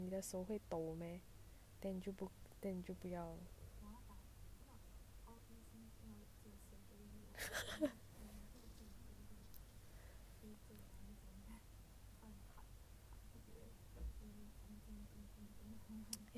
but then 你的手会抖 meh then 你就不你就不要